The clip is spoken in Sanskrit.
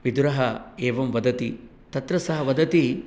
विदुरः एवं वदति तत्र सः वदति